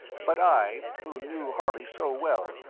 but i, who knew harley so well,